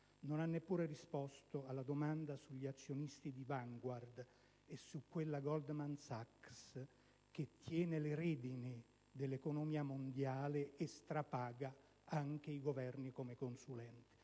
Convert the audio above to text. Non ha neppure risposto alla domanda sugli azionisti di Vanguard ed in merito a quella Goldman Sachs che tiene le redini dell'economia mondiale e strapaga anche i Governi come consulenti.